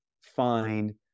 find